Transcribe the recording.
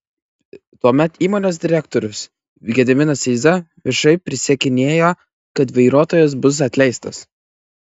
tuomet įmonės direktorius gediminas eiza viešai prisiekinėjo kad vairuotojas bus atleistas